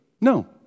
No